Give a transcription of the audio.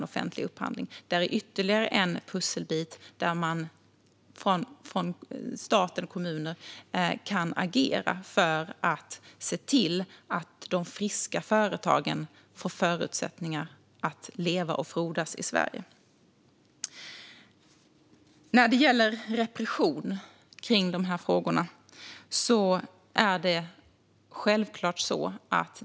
Det är ytterligare en pusselbit där man från stat och kommuner kan agera så att de friska företagen får förutsättningar att leva och frodas i Sverige. Sedan var det frågan om repression.